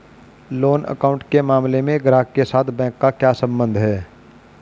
Loan account के मामले में ग्राहक के साथ बैंक का क्या संबंध है?